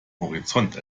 horizont